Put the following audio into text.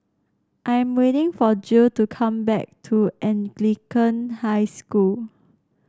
I am waiting for Jill to come back to Anglican High School